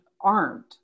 armed